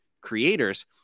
creators